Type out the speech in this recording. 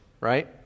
right